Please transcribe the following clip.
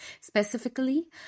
Specifically